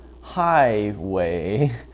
highway